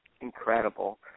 incredible